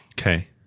Okay